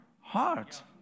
heart